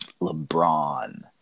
LeBron